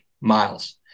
miles